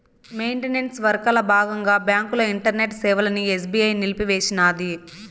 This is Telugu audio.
మెయింటనెన్స్ వర్కల బాగంగా బాంకుల ఇంటర్నెట్ సేవలని ఎస్బీఐ నిలిపేసినాది